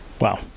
wow